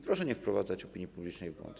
Proszę nie wprowadzać opinii publicznej w błąd.